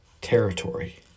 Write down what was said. territory